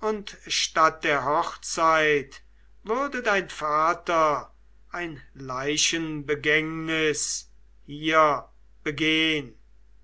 und statt der hochzeit würde dein vater ein leichenbegängnis hier begehn